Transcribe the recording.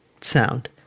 sound